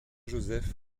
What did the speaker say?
joseph